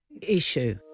Issue